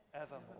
evermore